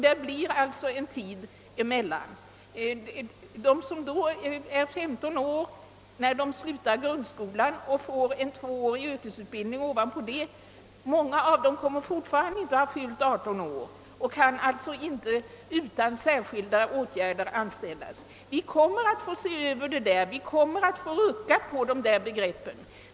De som bara är 15 år när de slutar grundskolan och därefter genomgår en tvåårig yrkesutbildning har då ännu inte fyllt 18 år och kan således inte utan särskilda åtgärder anställas. Vi blir tvungna att se över dessa förhållanden och rucka på åldersbestämmelserna.